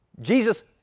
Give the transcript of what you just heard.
Jesus